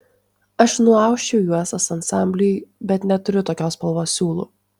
aš nuausčiau juostas ansambliui bet neturiu tokios spalvos siūlų